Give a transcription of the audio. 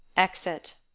exit